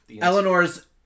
Eleanor's